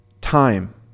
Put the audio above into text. time